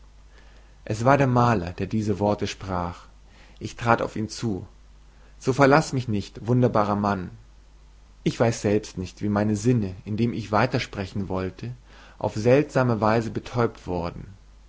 es war der maler der diese worte sprach ich trat auf ihn zu so verlaßt mich nicht wunderbarer mann ich weiß selbst nicht wie meine sinne indem ich weitersprechen wollte auf seltsame weise betäubt worden